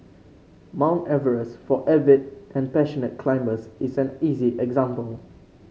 Mount Everest for avid and passionate climbers is an easy example